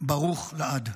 ברוך לעד.